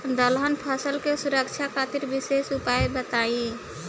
दलहन फसल के सुरक्षा खातिर विशेष उपाय बताई?